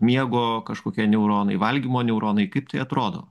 miego kažkokie neuronai valgymo neuronai kaip tai atrodo